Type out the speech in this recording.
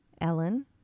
Ellen